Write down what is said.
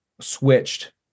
switched